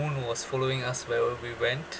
moon was following us wherever we went